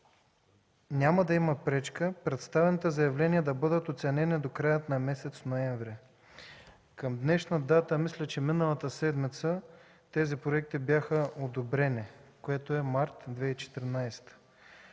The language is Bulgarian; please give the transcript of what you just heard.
няма да има пречка представените заявления да бъдат оценени до края на месец ноември. Към днешна дата – мисля, че миналата седмица, тези проекти бяха одобрени, което е март 2014